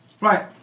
Right